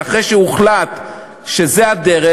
ואחרי שהוחלט שזו הדרך,